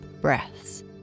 breaths